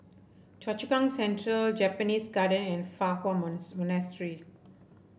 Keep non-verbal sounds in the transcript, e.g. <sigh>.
Choa Chu Kang Central Japanese Garden and Fa Hua <unintelligible> Monastery